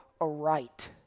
aright